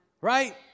Right